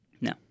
No